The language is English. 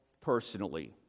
personally